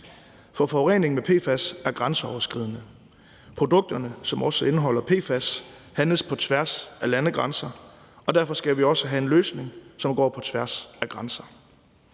For forureningen med PFAS er grænseoverskridende. Produkter, som også indeholder PFAS, handles på tværs af landegrænser, og derfor skal vi også have en løsning, som går på tværs af grænser.